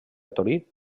torí